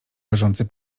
leżące